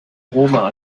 roma